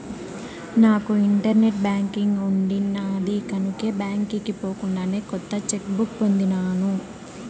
నాకు internet banking ఉండిన్నాది కనుకే బాంకీకి పోకుండానే కొత్త చెక్ బుక్ పొందినాను